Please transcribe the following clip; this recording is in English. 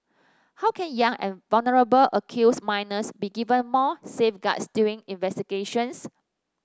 how can young and vulnerable accused minors be given more safeguards during investigations